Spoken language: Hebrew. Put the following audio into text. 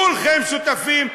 כולכם שותפים,